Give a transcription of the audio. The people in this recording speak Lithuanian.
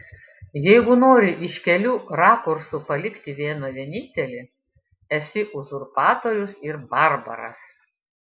jeigu nori iš kelių rakursų palikti vieną vienintelį esi uzurpatorius ir barbaras